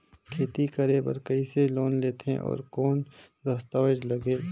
खेती करे बर कइसे लोन लेथे और कौन दस्तावेज लगेल?